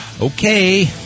Okay